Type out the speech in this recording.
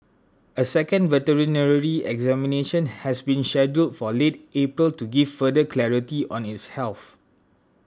a second veterinary examination has been scheduled for late April to give further clarity on its health